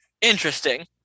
Interesting